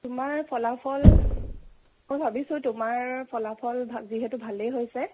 তোমাৰ ফলাফল মই ভাবিছোঁ তোমাৰ ফলাফল যিহেতু ভালেই হৈছে